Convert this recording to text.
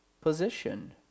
position